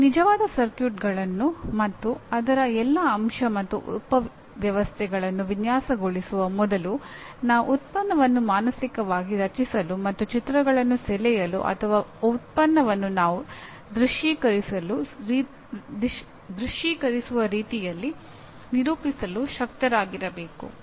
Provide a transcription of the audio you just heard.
ನಾವು ನಿಜವಾದ ಸರ್ಕ್ಯೂಟ್ಗಳನ್ನು ಮತ್ತು ಅದರ ಎಲ್ಲಾ ಅಂಶ ಮತ್ತು ಉಪವ್ಯವಸ್ಥೆಗಳನ್ನು ವಿನ್ಯಾಸಗೊಳಿಸುವ ಮೊದಲು ನಾವು ಉತ್ಪನ್ನವನ್ನು ಮಾನಸಿಕವಾಗಿ ರಚಿಸಲು ಅಥವಾ ಚಿತ್ರಗಳನ್ನು ಸೆಳೆಯಲು ಅಥವಾ ಉತ್ಪನ್ನವನ್ನು ನಾವು ದೃಶ್ಯೀಕರಿಸುವ ರೀತಿಯಲ್ಲಿ ನಿರೂಪಿಸಲು ಶಕ್ತರಾಗಿರಬೇಕು